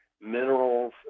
minerals